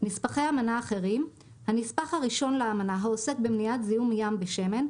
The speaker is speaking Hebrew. "נספחי אמנה אחרים" הנספח הראשון לאמנה העוסק במניעת זיהום ים בשמן,